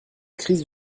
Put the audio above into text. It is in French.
crise